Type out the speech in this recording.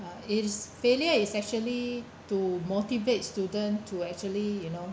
is failure is actually to motivate students to actually you know